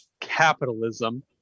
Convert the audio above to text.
capitalism